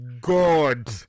god